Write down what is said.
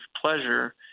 pleasure